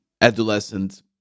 adolescent